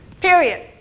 Period